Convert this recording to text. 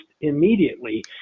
immediately